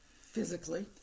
Physically